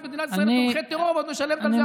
מדינת ישראל לתומכי טרור ואת משלמת על זה המון כסף,